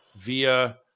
via